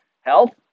Health